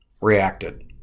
reacted